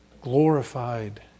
glorified